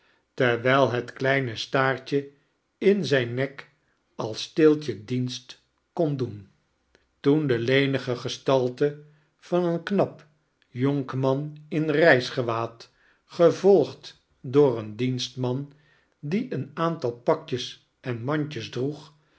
terwijl net kleine staartje in zijn nek als steeltje dienst kon doen toen de lenige gestalte van een knap jonkman in reisgewaad gevolgd door een dienstman die een aantal pakjes en mandjes droeg